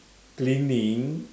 cleaning